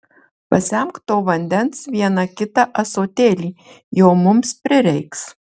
pasemk to vandens vieną kitą ąsotėlį jo mums prireiks